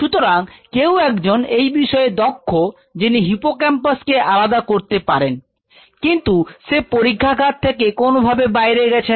সুতরাং কেউ একজন এই বিষয়ে দক্ষ যিনি হিপোক্যাম্পাস কে আলাদা করতে পারেন কিন্তু সে পরীক্ষাগার থেকে কোন ভাবে বাইরে গেছেন